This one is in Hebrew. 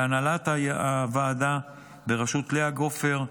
להנהלת הוועדה בראשות לאה גופר,